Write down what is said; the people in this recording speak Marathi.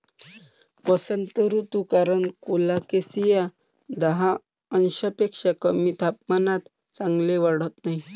वसंत ऋतू कारण कोलोकेसिया दहा अंशांपेक्षा कमी तापमानात चांगले वाढत नाही